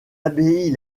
abbaye